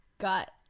got